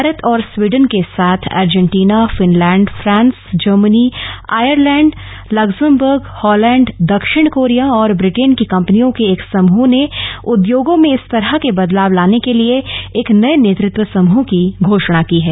भारत और स्वीडन के साथ Argentina Finland France Germany Ireland Luxembourg Holland दक्षिण कोरिया और ब्रिटेन की कंपनियों के एक समूह ने उद्योगों में इस तरह के बदलाव लाने के लिए एक नये नेतृत्व समूह की घोषणा की है